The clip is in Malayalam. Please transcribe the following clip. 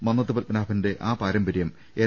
മന്നത്ത് പത്മനാഭന്റെ ആ പാരമ്പര്യം എൻ